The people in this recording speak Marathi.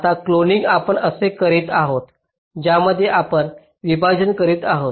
आता क्लोनिंग आपण असे करीत आहोत ज्यामध्ये आपण विभाजन करीत आहोत